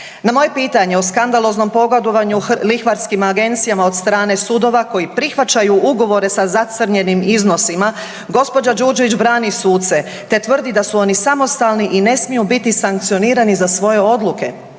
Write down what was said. Na moje pitanje o skandaloznom pogodovanju lihvarskim agencijama od strane sudova koji prihvaćaju ugovore sa zacrnjenim iznosima gđa. Đurđević brani suce te tvrdi da su oni samostalni i ne smiju biti sankcionirani za svoje odluke.